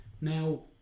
Now